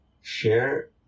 Share